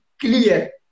clear